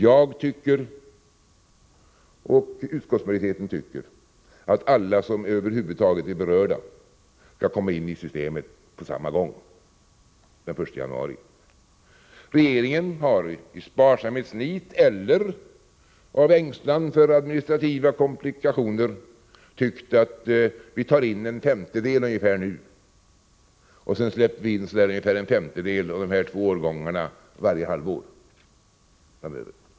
Jag tycker och utskottsmajoriteten tycker att alla som över huvud taget är berörda skall komma in i systemet på samma gång, nämligen den 1 januari. Regeringen har i sparsamhetsnit eller av ängslan för administrativa komplikationer ansett att vi nu skall ta in ungefär en femtedel och sedan släppa in ytterligare en femtedel av dessa två årgångar varje halvår framöver.